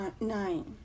nine